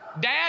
Dad